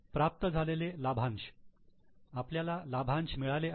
प्राप्त झालेले लाभांश आपल्याला लाभांश मिळाले आहे